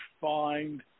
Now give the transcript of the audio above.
find